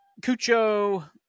Cucho